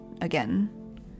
again